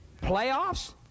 Playoffs